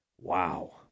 Wow